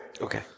Okay